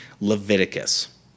Leviticus